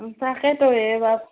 তাকেতো এ বাপ